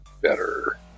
better